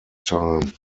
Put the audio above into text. time